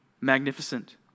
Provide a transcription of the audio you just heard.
magnificent